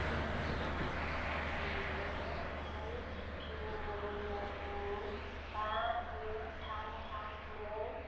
नों विधर्व कंकन ग्रामिन बेंक आव सप्तायारि पेइउमानिजों आंनि बा गु थाम थाम नै नै